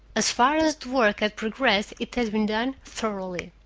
as far as the work had progressed it had been done thoroughly.